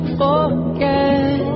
forget